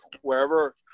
wherever